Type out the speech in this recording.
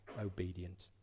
obedient